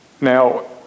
Now